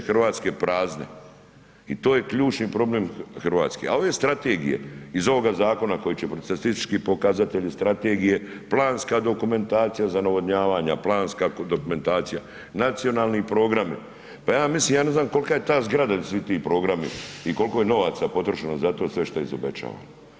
3 Hrvatske prazne i to je ključni problem Hrvatske, a ove strategije iz ovoga zakona koji će statistički pokazatelj, strategije, planska dokumentacija za navodnjavanja, planska dokumentacija, nacionalni programi, pa ja mislim ja ne znam kolka je ta zgrada di svi ti programi i koliko je novaca potrošeno za to sve što je izobećavano.